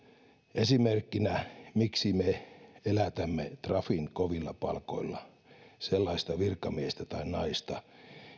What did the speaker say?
esimerkkinä miksi me elätämme trafin kovilla palkoilla sellaista virkamiestä tai naista